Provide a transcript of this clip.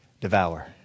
devour